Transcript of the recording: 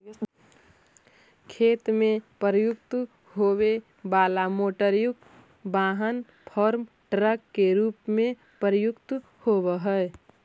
खेत में प्रयुक्त होवे वाला मोटरयुक्त वाहन फार्म ट्रक के रूप में प्रयुक्त होवऽ हई